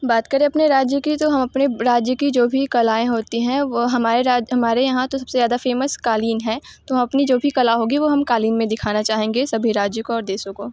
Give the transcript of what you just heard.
बात करें अपने राज्य की तो हम अपने राज्य की जो भी कलाऍं होती हैं वो हमारे हमारे यहाँ तो सब से ज़्यादा फेमस क़ालीन है तो हम अपनी जो भी कला होगी वो हम क़ालीन में दिखाना चाहेंगे सभी राज्य को और देशों को